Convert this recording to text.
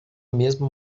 mesmo